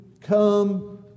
come